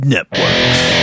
Networks